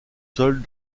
seule